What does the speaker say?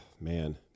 man